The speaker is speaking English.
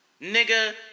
Nigga